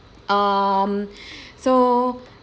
um so